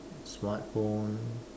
smartphone